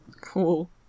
Cool